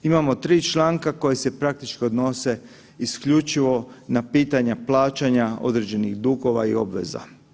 Imamo tri članka koja se praktički odnose isključivo na pitanja plaćanja određenih dugova i obveza.